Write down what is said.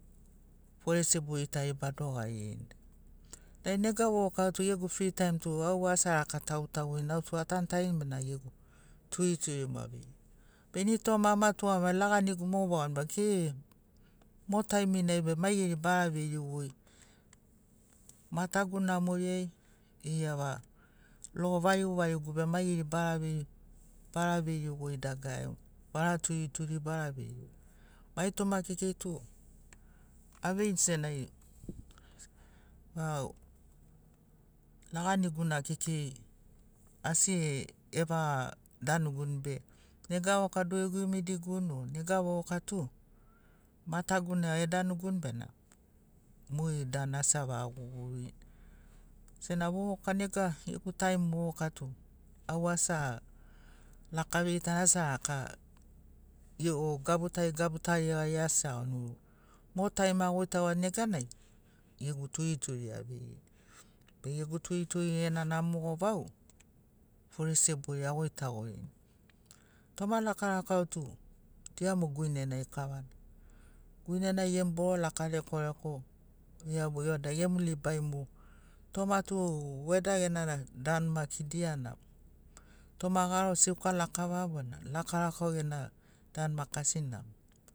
Fore sebori tari badogaririni. Nai nega vovoka autu gegu fri taim tu au asi araka taguitaguini, autu atanutarini bena gegu turituri mogo aveini. Be ini toma amatugamagini laganigu moga, e mo taiminai be maigeri bara veiri goi matagu namori ai eiava logo varigu varigugu be maigeri bara veiri, bara veirigoi dagarari, bara turituri bara veiri. Mai toma kekei tu aveini senagi varau laganigu na kekei asi evaga danuguni be nega vovoka dogegu imidiguni, o nega vovoka tu matagu na edanuguni bena mogeri danu asi avaga gugururini. Sena vovoka nega, gegu taim vovoka tu au asi a laka vigitani asi araka rigo gabutari gabutari gari asi aiagoni. Mo taim agoitagoani neganai, gegu turituri aveirini. Be gegu turituri genana mogo vau fore sebori agoitagorini. Toma lakaolakao tu dia mo guinenai kavana. Guinenai gemu boro laka lekoleko, vada gemu libai mogo. Toma tu weda gena danu maki dia namo, toma garo seuka lakava bona lakaolakao gena danu maki asi namo.